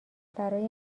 برای